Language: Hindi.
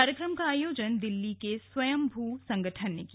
कार्यक्रम का आयोजन दिल्ली के स्वयं भू संगठन ने किया